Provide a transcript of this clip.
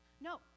No